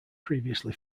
previously